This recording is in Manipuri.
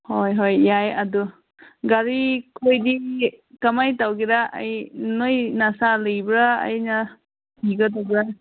ꯍꯣꯏ ꯍꯣꯏ ꯌꯥꯏ ꯑꯗꯨ ꯒꯥꯔꯤ ꯈꯣꯏꯗꯤ ꯀꯃꯥꯏꯅ ꯇꯧꯒꯦꯔ ꯑꯩ ꯅꯣꯏ ꯅꯁꯥꯒꯤ ꯂꯩꯕ꯭ꯔ ꯑꯩꯅ ꯊꯤꯒꯗꯕ꯭ꯔ